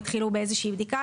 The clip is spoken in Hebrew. החלו באיזה שהיא בדיקה,